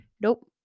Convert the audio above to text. Nope